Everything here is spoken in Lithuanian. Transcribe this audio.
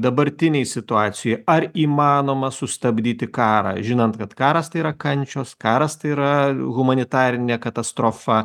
dabartinėj situacijoj ar įmanoma sustabdyti karą žinant kad karas tai yra kančios karas tai yra humanitarinė katastrofa